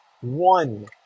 one